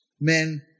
men